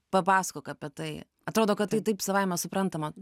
papasakok apie tai atrodo kad tai taip savaime suprantama